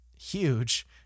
huge